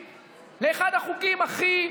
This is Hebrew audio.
בעד נא לקרוא בשמות חברי הכנסת